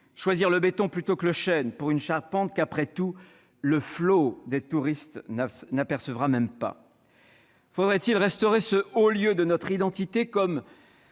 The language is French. Choisir le béton plutôt que le chêne pour une charpente qu'après tout le flot de touristes n'apercevra même pas ? Faudrait-il restaurer ce haut lieu de notre identité comme